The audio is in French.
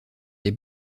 des